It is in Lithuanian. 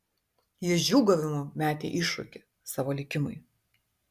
jis džiūgavimu metė iššūkį savo likimui